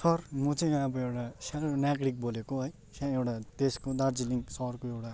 sir म चाहिँ यहाँ अब एउटा सानो नागरिक बोलेको है एउटा देशको दार्जिलिङ सहरको एउटा